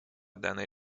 данной